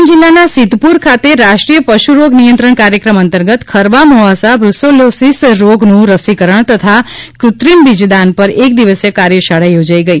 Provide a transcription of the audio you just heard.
પાટણ જિલ્લાના સિદ્ધપુર ખાતે રાષ્ટ્રીય પશુ રોગ નિયંત્રણ કાર્યક્રમ અંતર્ગત ખરવા મોવાસા બુસેલોસીસ રોગનું રસીકરજ઼ તથા કુત્રિમ બીજદાન પર એક દિવસીય કાર્યશાળા યોજાઇ ગઇ